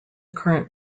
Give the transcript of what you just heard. current